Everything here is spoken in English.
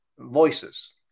voices